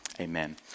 Amen